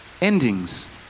endings